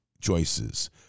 choices